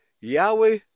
Yahweh